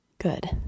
Good